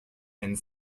and